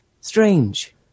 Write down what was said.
strange